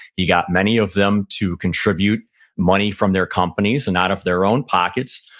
he got many of them to contribute money from their companies and not of their own pockets.